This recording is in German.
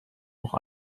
noch